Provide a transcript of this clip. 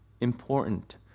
important